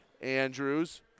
Andrews